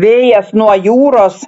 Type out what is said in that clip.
vėjas nuo jūros